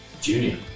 Junior